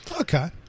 okay